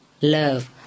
love